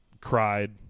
cried